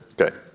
Okay